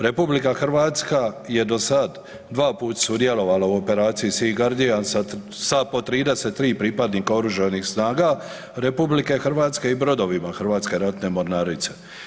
RH je do sad dva put sudjelovala u operaciji „Sea Guardian“ sa po 33 pripadnika Oružanih snaga RH i brodovima Hrvatske ratne mornarice.